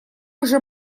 уже